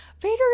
Vader